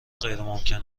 غیرممکن